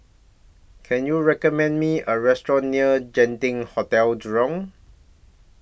Can YOU recommend Me A Restaurant near Genting Hotel Jurong